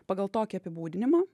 pagal tokį apibūdinimą